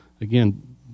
again